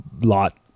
lot